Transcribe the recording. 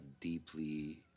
deeply